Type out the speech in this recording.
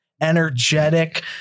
energetic